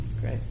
great